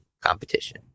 competition